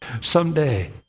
someday